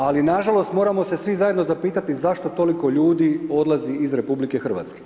Ali nažalost moramo se svi zajedno zapitati zašto toliko ljudi odlazi iz RH.